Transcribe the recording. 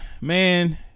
man